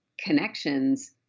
connections